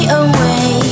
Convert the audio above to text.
away